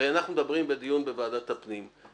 הרי אנחנו מדברים בדיון בוועדת הפנים,